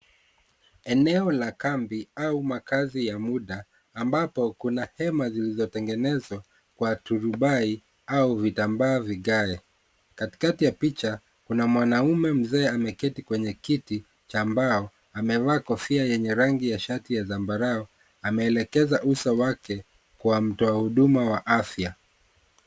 Eneo la kambi au makazi ya muda ambapo kuna hema zilizotengenezwa kwa turubai au vitambaa vigae. Katikati ya picha kuna mwanamume mzee ameketi kwenye kiti cha mbao amevaa kofia yenye rangi ya shati ya zambarau ameelekeza uso wake kwa mtoa huduma wa afya .